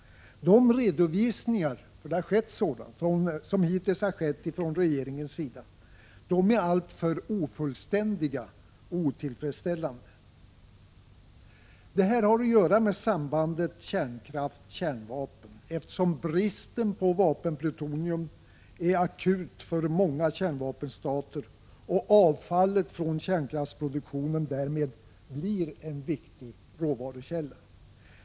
De redovisningar som hittills skett från regeringens sida — sådana har gjorts — är alltför ofullständiga och otillfredsställande. Det här har att göra med sambandet kärnkraft-kärnvapen, eftersom bristen på vapenplutonium är akut för många kärnvapenstater och avfallet från kärnkraftsproduktionen därmed blir en viktig råvarukälla.